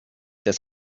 des